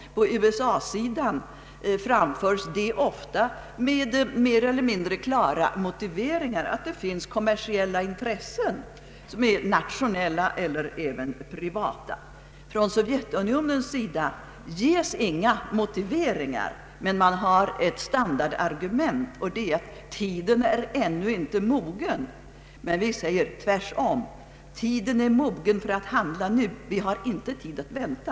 På USA-sidan ges det ofta mer eller mindre klara motiveringar — att det finns kommersiella intressen, nationella eller privata. Från Sovjetunionens sida ges inga motiveringar, men man har ett standardargument, nämligen att tiden ännu inte är mogen. Vi säger tvärtom: Tiden är mogen för att handla nu. Vi har inte tid att vänta.